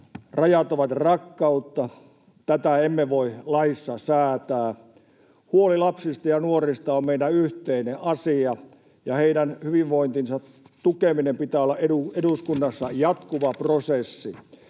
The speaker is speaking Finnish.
Rajat ovat rakkautta. Tätä emme voi laissa säätää. Huoli lapsista ja nuorista on meidän yhteinen asia, ja heidän hyvinvointinsa tukemisen pitää olla eduskunnassa jatkuva prosessi,